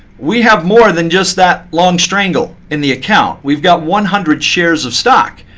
we have more than just that long strangle in the account. we've got one hundred shares of stock.